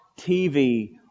TV